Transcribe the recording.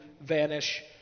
vanish